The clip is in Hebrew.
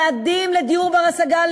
יעדים לדיור בר-השגה,